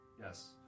yes